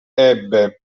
ebbe